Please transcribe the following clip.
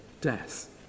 death